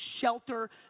shelter